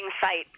site